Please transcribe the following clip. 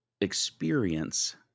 experience